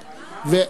תודה.